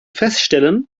feststellen